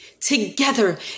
Together